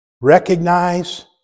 Recognize